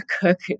cook